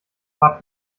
habt